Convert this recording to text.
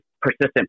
persistent